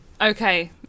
Okay